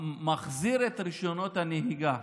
שמחזיר את רישיונות הנהיגה